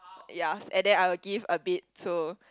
yes and then I will give a bit to